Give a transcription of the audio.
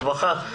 הרווחה והבריאות.